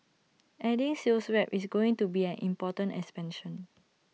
adding sales reps is going to be an important expansion